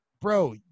bro